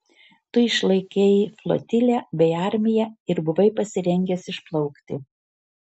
tu išlaikei flotilę bei armiją ir buvai pasirengęs išplaukti